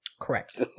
Correct